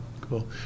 cool